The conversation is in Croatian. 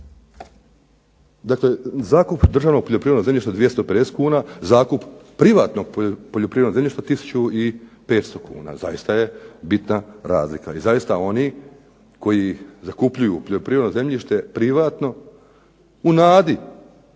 Dakle, zakup državnog poljoprivrednog zemljišta 250 kn, zakup privatnog poljoprivrednog zemljišta 1500 kn. Zaista je bitna razlika i zaista oni koji zakupljuju poljoprivredno zemljište privatno u nadi